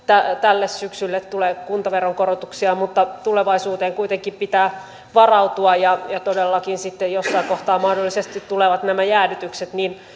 tälle syksylle tule kuntaveron korotuksia mutta tulevaisuuteen kuitenkin pitää varautua ja todellakin sitten jossain kohtaa mahdollisesti tulevat nämä jäädytykset